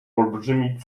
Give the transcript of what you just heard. olbrzymi